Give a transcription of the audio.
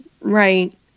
Right